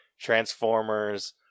Transformers